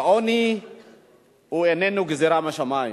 העוני איננו גזירה משמים.